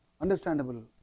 understandable